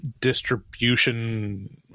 distribution